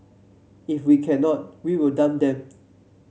if we cannot we will dump them